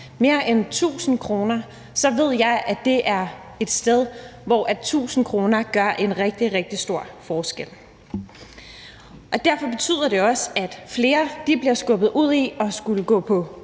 mere end 1.000 kr., så ved jeg, at det er et sted, hvor 1.000 kr. gør en rigtig, rigtig stor forskel. Derfor betyder det også, at flere bliver skubbet ud i at skulle gå på